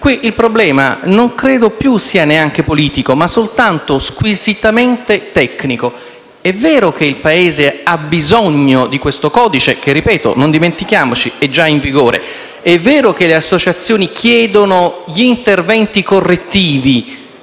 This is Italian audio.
Qui il problema non credo sia più neanche politico, ma soltanto squisitamente tecnico. È vero che il Paese ha bisogno di questo codice, che - ripeto - è già in vigore. È vero che le associazioni chiedono interventi correttivi,